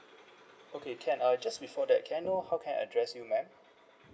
okay can uh just before that can I know how can I address you madam